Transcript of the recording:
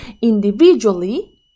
individually